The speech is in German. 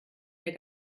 der